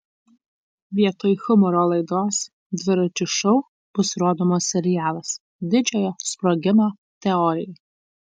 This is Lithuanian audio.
vietoj humoro laidos dviračio šou bus rodomas serialas didžiojo sprogimo teorija